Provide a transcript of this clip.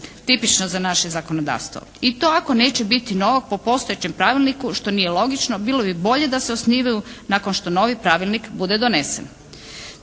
Tipično za naše zakonodavstvo. I to ako neće biti novog po postojećem pravilniku što nije logično bilo bi bolje da se osnivaju nakon što novi pravilnik bude donesen.